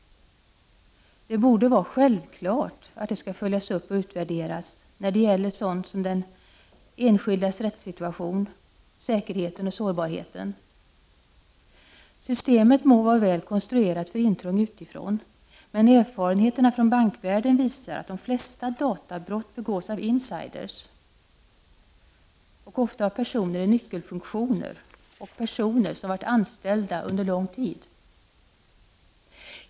Det borde vara självklart att det skall följas upp och utvärderas när det gäller sådant som den enskildes rättssituation, säkerhet och sårbarhet. Systemet må vara väl konstruerat för intrång utifrån, men erfarenheterna från bankvärlden visar att de flesta databrott begås av insiders, ofta av personer i nyckelfunktioner och av personer som varit anställda under lång tid.